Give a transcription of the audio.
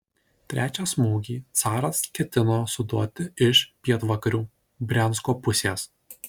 trečią smūgį caras ketino suduoti iš pietvakarių briansko pusės